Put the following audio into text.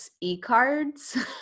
e-cards